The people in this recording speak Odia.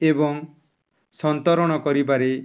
ଏବଂ ସନ୍ତରଣ କରିପାରେ